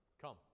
Come